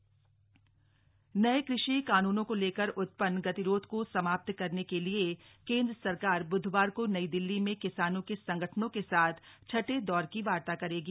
कृषि कानन बैठक नए कृषि कानूनों को लेकर उत्पन्न गतिरोध को समाप्त करने के लिए केंद्र सरकार ब्धवार को नई दिल्ली में किसानों के संगठनों के साथ छठे दौर की वार्ता करेगी